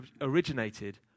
originated